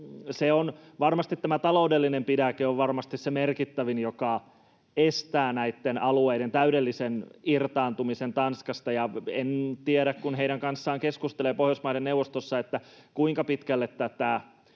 Varmasti tämä taloudellinen pidäke on se merkittävin, joka estää näitten alueiden täydellisen irtaantumisen Tanskasta. En tiedä, kun heidän kanssaan keskustelee Pohjoismaiden neuvostossa siitä, kuinka pitkälle tätä